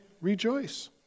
Rejoice